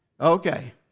Okay